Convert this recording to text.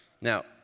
Now